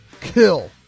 Kill